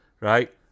Right